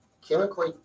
chemically